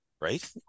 right